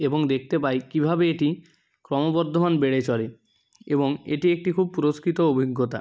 এবং দেখতে পাই কীভাবে এটি ক্রমবর্ধমান বেড়ে চলে এবং এটি একটি খুব পুরস্কৃত অভিজ্ঞতা